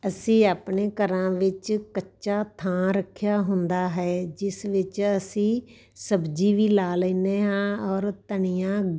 ਅਸੀਂ ਆਪਣੇ ਘਰਾਂ ਵਿੱਚ ਕੱਚਾ ਥਾਂ ਰੱਖਿਆ ਹੁੰਦਾ ਹੈ ਜਿਸ ਵਿੱਚ ਅਸੀਂ ਸਬਜ਼ੀ ਵੀ ਲਾ ਲੈਂਦੇ ਹਾਂ ਔਰ ਧਨੀਆ